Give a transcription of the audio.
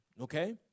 Okay